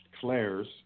Claire's